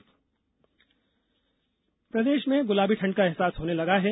मौसम प्रदेश में गुलाबी ठंड का अहसास होने लगा है